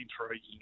intriguing